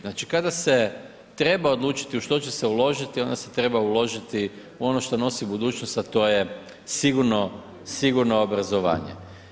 Znači kada se treba odlučiti u što će se uložiti, onda se treba uložiti u ono što nosi budućnost a to je sigurno obrazovanje.